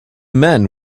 men